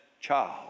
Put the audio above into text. child